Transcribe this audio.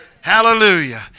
Hallelujah